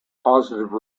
positive